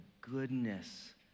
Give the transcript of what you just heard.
goodness